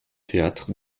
théâtre